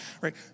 right